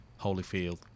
Holyfield